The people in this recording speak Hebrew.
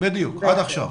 עד עכשיו.